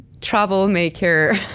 troublemaker